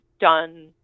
done